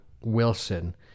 wilson